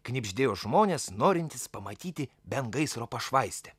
knibždėjo žmonės norintys pamatyti bent gaisro pašvaistę